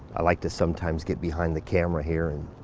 i like to sometimes get behind the camera here and